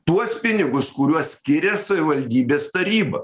tuos pinigus kuriuos skiria savivaldybės taryba